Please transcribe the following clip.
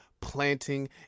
planting